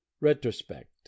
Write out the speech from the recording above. retrospect